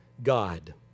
God